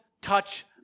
touch